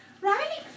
Right